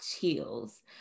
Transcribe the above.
chills